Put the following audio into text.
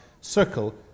circle